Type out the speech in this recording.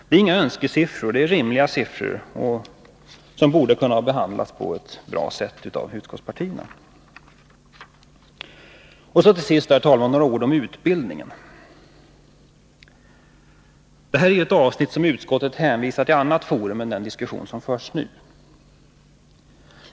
Det är inga önskesiffror, utan ett rimligt belopp, och det kravet borde ha kunnat behandlas välvilligt av utskottspartierna. Till sist, herr talman, några ord om utbildningen. Detta avsnitt hänvisar utskottet till annat forum än den diskussion som förs nu.